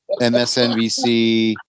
MSNBC